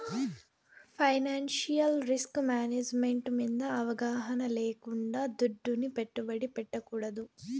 financial risk management మింద అవగాహన లేకుండా దుడ్డుని పెట్టుబడి పెట్టకూడదు